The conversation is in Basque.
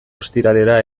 ostiralera